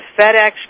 FedEx